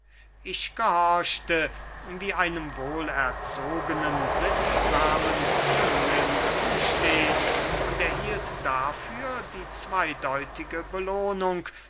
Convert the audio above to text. ich gehorchte wie einem wohlerzogenen sittsamen jüngling zusteht und erhielt dafür die zweydeutige belohnung